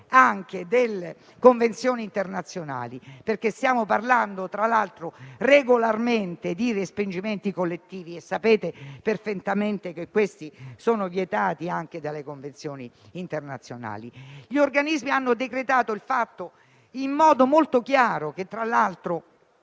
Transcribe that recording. anche delle convenzioni internazionali. Stiamo parlando, tra l'altro regolarmente, di respingimenti collettivi e sapete perfettamente che questi sono vietati anche dalle convenzioni internazionali. Gli organismi hanno decretato, in modo molto chiaro, tra l'altro,